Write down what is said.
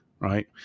right